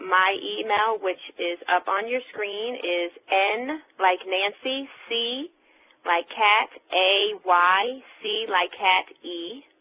my email which is up on your screen is n like nancy, c like cat, a y c like cat, e.